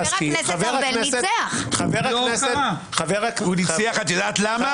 יש פה הרבה מאוד אנשים שצריכים לדבר ואני רוצה לתת להם לדבר.